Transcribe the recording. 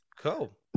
Cool